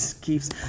keeps